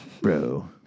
bro